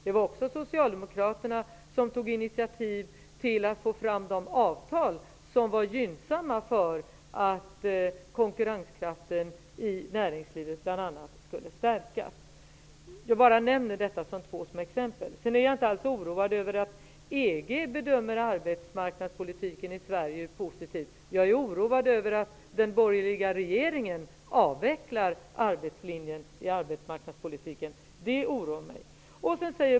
De var också Socialdemokraterna som tog initiativ till att få fram de avtal som varit gynnsamma när det gällt att bl.a. stärka konkurrenskraften i näringslivet. Jag vill bara nämna dessa två exempel. Jag är inte alls oroad över att EG bedömer arbetsmarknadspolitiken i Sverige positivt. Jag är oroad över att den borgerliga regeringen avvecklar arbetslinjen i arbetsmarknadspolitiken. Det oroar mig.